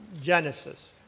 Genesis